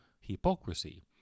hypocrisy